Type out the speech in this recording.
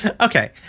Okay